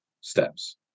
steps